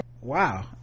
Wow